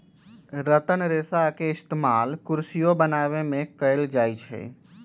रतन रेशा के इस्तेमाल कुरसियो बनावे में कएल जाई छई